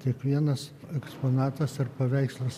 kiekvienas eksponatas ar paveikslas